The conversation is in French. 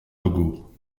logos